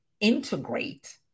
integrate